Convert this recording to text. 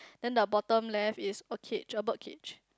then the bottom left is a cage a bird cage